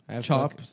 Chop